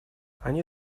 они